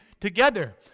together